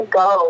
go